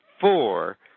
four